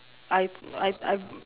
I I I